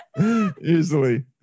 easily